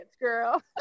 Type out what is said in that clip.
girl